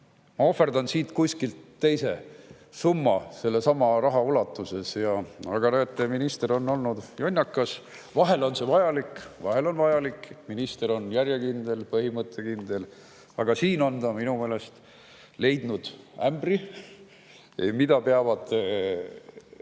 ma ohverdan siit kuskilt teisest [kohast] sellesama raha. Aga näete, minister on olnud jonnakas. Vahel on see vajalik. Vahel on vajalik, et minister on järjekindel, põhimõttekindel, aga siin on ta minu meelest leidnud ämbri, mida teised peavad